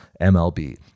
MLB